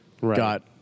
got